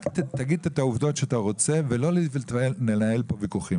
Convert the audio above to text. רק תגיד את העובדות שאתה רוצה ולא לנהל כאן ויכוחים.